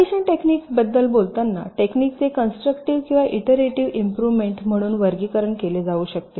partition टेक्निकबद्दल बोलताना टेक्निकचे कन्स्ट्रक्टिव्ह किंवा इटरेटिव्ह इम्प्रोव्हमेन्ट म्हणून वर्गीकरण केले जाऊ शकते